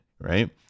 right